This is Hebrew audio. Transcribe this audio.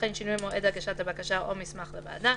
וכן שינוי מועד הגשת בקשה או מסמך לוועדה.